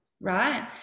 right